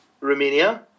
Romania